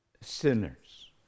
sinners